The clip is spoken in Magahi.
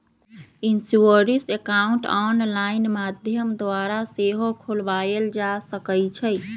इंश्योरेंस अकाउंट ऑनलाइन माध्यम द्वारा सेहो खोलबायल जा सकइ छइ